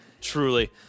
truly